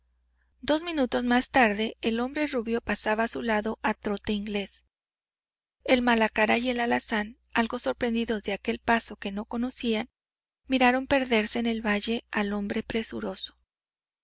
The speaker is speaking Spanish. dos minutos más tarde el hombre rubio pasaba a su lado a trote inglés el malacara y el alazán algo sorprendidos de aquel paso que no conocían miraron perderse en el valle al hombre presuroso